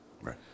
Right